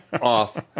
off